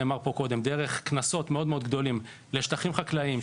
דרך קנסות מאוד-מאוד גדולים על פגיעה בשטחים חקלאיים,